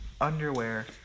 underwear